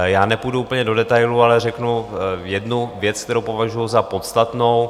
Já nepůjdu úplně do detailů, ale řeknu jednu věc, kterou považuji za podstatnou.